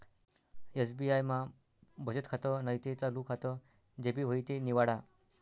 SBI मा बचत खातं नैते चालू खातं जे भी व्हयी ते निवाडा